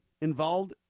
involved